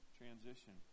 transition